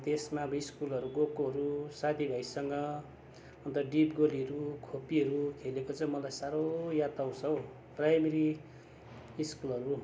अन्त त्यसमा अब स्कुलहरू गएकाहरू साथी भाइसँग अन्त डिप गोलीहरू खोप्पीहरू खेलेको चाहिँ मलाई साह्रो याद आउँछ हौ प्राइमेरी स्कुलहरू